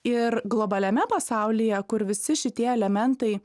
ir globaliame pasaulyje kur visi šitie elementai